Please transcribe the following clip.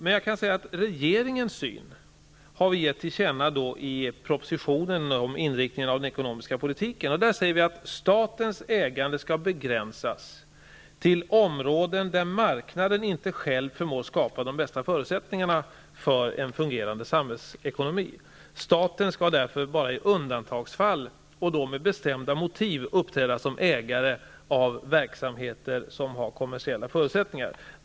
Jag kan dock säga att vi har gett till känna regeringens syn i vår proposition om inriktningen av den ekonomiska politiken. Där säger vi att statens ägande skall begränsas till områden där marknaden inte själv förmår skapa de bästa förutsättningarna för en fungerande samhällsekonomi. Staten skall därför bara i undantagsfall, och då med bestämda motiv, uppträda som ägare av verksamheter som har kommersiella förutsättningar.